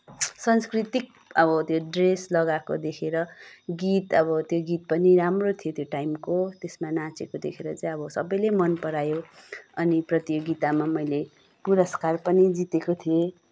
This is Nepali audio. सांस्कृतिक अब त्यो ड्रेस लगाएको देखेर गीत अब त्यो गीत पनि राम्रो थियो त्यो टाइमको त्यसमा नाचेको देखेर चाहिँ अब सबैले मन परायो अनि प्रतियोगितामा मैले पुरस्कार पनि जितेकी थिएँ